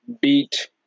beat